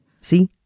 See